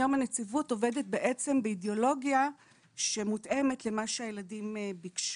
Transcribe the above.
היום הנציבות עובדת בעצם באידיאולוגיה שמותאמת למה שהילדים ביקשו.